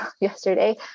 yesterday